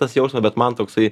tas jausmas bet man toksai